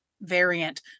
variant